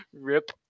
rip